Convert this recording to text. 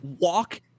walk